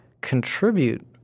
contribute